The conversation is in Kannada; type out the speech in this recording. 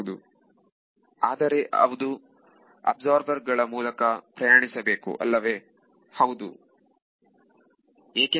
ಹೌದು ವಿದ್ಯಾರ್ಥಿ ಹೌದು ಆದರೆ ಅದು ಅಬ್ಸಾರ್ಬರ್ ಗಳ ಮೂಲಕ ಪ್ರಯಾಣಿಸಬೇಕು ಅಲ್ಲವೇ ವಿದ್ಯಾರ್ಥಿ ಹೌದು ಆದರೆ